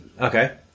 Okay